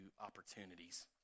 opportunities